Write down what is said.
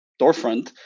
doorfront